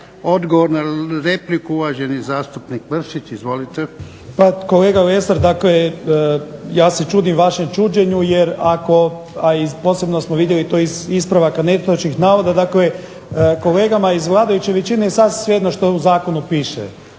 Odgovor na repliku uvaženi zastupnik Mršić. Izvolite.